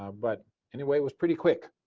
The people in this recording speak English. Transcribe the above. um but anyway, it was pretty quick.